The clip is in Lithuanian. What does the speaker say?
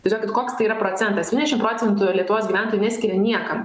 tiesiog tik koks tai yra procentas septyniasdešimt procentų lietuvos gyventojų neskiria niekam